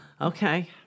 Okay